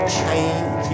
change